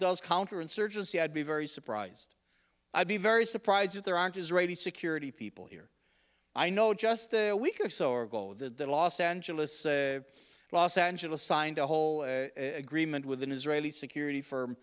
does counterinsurgency i'd be very surprised i'd be very surprised that there aren't israeli security people here i know just a week or so ago the los angeles los angeles signed a whole agreement with an israeli security firm